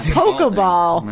pokeball